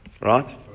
right